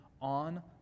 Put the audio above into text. on